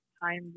time